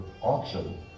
auction